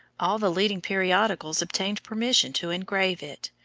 all the leading periodicals obtained permission to engrave it,